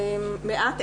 מעט.